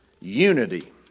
unity